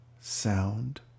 sound